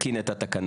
התקין את התקנות,